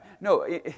No